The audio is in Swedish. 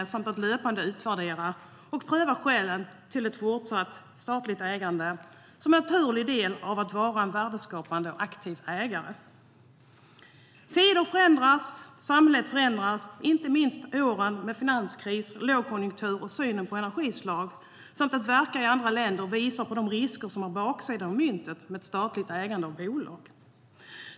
Det gäller att löpande utvärdera och pröva skälen till ett fortsatt statligt ägande som en naturlig del av att vara en värdeskapande och aktiv ägare. Tiderna förändras och samhället förändras. Inte minst åren med finanskris, lågkonjunktur och synen på energislag och möjligheten att verka i andra länder visar på de risker som är baksidan av myntet med statligt ägande av bolag.